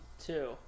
two